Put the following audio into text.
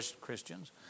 Christians